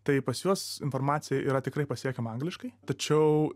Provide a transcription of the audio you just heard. tai pas juos informacija yra tikrai pasiekiama angliškai tačiau